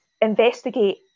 investigate